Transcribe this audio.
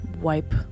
wipe